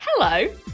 Hello